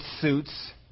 suits